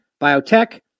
Biotech